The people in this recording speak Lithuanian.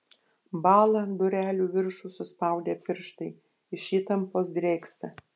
bąla durelių viršų suspaudę pirštai iš įtampos drėgsta